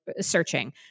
searching